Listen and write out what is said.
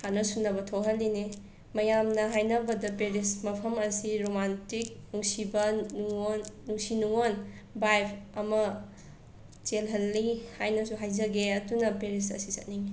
ꯍꯥꯠꯅ ꯁꯨꯅꯕ ꯊꯣꯛꯍꯜꯂꯤꯅꯦ ꯃꯌꯥꯝꯅ ꯍꯥꯏꯅꯕꯗ ꯄꯦꯔꯤꯁ ꯃꯐꯝ ꯑꯁꯤ ꯔꯣꯃꯥꯟꯇꯤꯛ ꯅꯨꯡꯁꯤꯕ ꯅꯨꯡꯉꯣꯟ ꯅꯨꯡꯁꯤ ꯅꯨꯡꯉꯣꯟ ꯕꯥꯏꯞ ꯑꯃ ꯆꯦꯜꯍꯜꯂꯤ ꯍꯥꯏꯅꯁꯨ ꯍꯥꯏꯖꯒꯦ ꯑꯗꯨꯅ ꯄꯦꯔꯤꯁ ꯑꯁꯤ ꯆꯠꯅꯤꯡꯏ